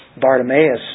Bartimaeus